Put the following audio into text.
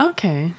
Okay